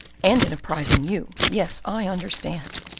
and in apprising you. yes, i understand.